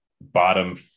bottom